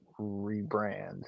rebrand